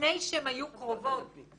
מפני שהן היו קרובות,